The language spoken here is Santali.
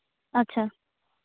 ᱟᱪᱪᱷᱟ